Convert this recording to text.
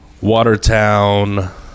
Watertown